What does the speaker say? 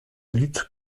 lutte